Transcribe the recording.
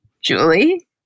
Julie